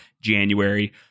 January